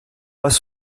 was